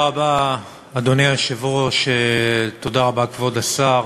אדוני היושב-ראש, תודה רבה, כבוד השר,